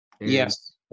Yes